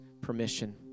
permission